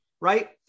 Right